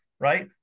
right